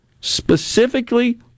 specifically